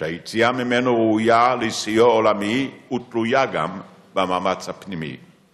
שהיציאה ממנו ראויה לסיוע עולמי ותלויה גם במאמץ הפנימי.